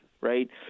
right